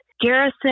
Garrison